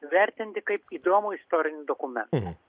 vertinti kaip įdomų istorinį dokumentą